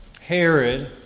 Herod